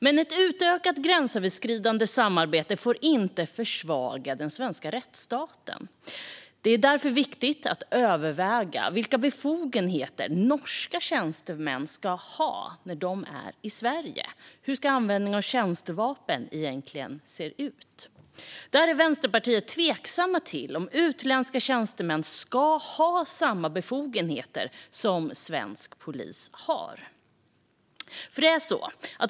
Men ett utökat gränsöverskridande samarbete får inte försvaga den svenska rättsstaten. Det är därför viktigt att överväga vilka befogenheter norska tjänstemän ska ha när de är i Sverige. Hur ska användningen av tjänstevapen egentligen se ut? Där är Vänsterpartiet tveksamma till om utländska tjänsteman ska ha samma befogenheter som svensk polis har.